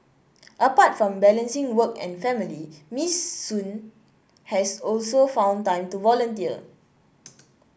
apart from balancing work and family Miss Sun has also found time to volunteer